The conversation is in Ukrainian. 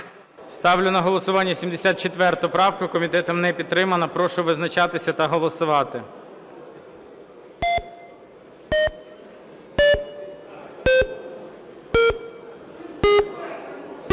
Ставлю на голосування 138 правку Цимбалюка. Комітетом не підтримана. Прошу визначатися та голосувати.